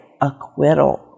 acquittal